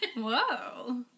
Whoa